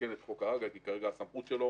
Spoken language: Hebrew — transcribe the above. לתקן את חוק הג"א, כי כרגע הסמכות שלו